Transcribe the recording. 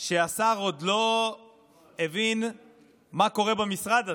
שהשר עוד לא הבין מה קורה במשרד הזה.